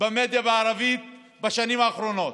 במדיה בערבית בשנים האחרונות,